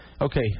Okay